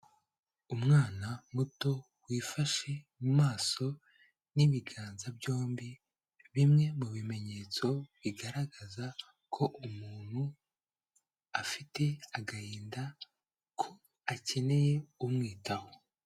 Umwana muto wifashe mu maso n'ibiganza byombi, bimwe mu bimenyetso bigaragaza ko umuntu afite agahinda ko akeneye umwitaho.